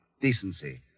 decency